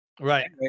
right